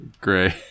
Great